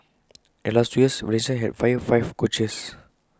and in the last two years Valencia had fired five coaches